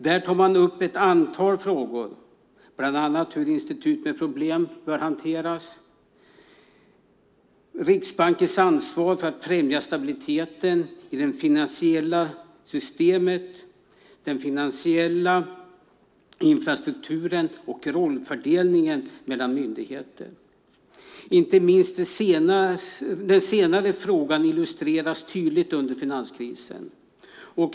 Där tar man upp ett antal frågor, bland annat hur institut med problem bör hanteras, Riksbankens ansvar för att främja stabiliteten i det finansiella systemet, den finansiella infrastrukturen och rollfördelningen mellan myndigheter. Inte minst den senare frågan illustrerades tydligt under finanskrisen.